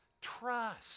trust